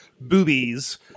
boobies